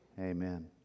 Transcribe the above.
Amen